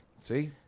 See